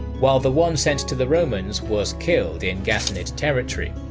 while the one sent to the romans was killed in ghassanid territory.